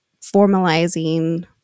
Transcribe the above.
formalizing